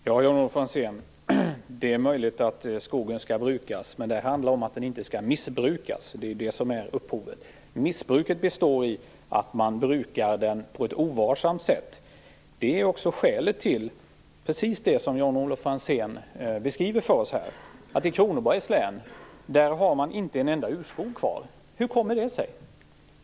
Herr talman! Ja, Jan-Olof Franzén, det är möjligt att skogen skall brukas. Men det handlar om att den inte skall missbrukas. Missbruket består i att skogen brukas på ett ovarsamt sätt. Det är också skälet till precis det som Jan-Olof Franzén beskriver för oss, att det i Kronobergs län inte finns en enda urskog kvar. Hur kommer det sig?